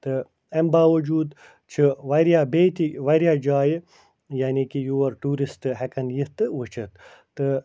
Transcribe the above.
تہٕ اَمہِ باوجوٗد چھِ وارِیاہ بیٚیہِ تہِ وارِیاہ جایہِ یعنی کہِ یور ٹیٛوٗرسٹہٕ ہٮ۪کن یِتھ تہٕ وُچھِتھ تہٕ